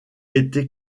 été